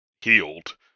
healed